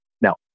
Now